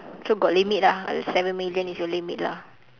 so got limit ah seven million is your limit lah